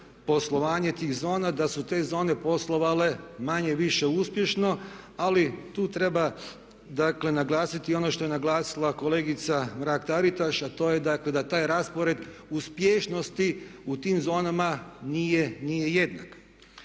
poslovanje tih zona, da su te zone poslovale manje-više uspješno. Ali tu treba dakle naglasiti i ono što je naglasila kolegica Mrak-Taritaš, a to je dakle da taj raspored uspješnosti u tim zonama nije jednak.